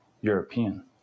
European